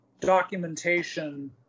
documentation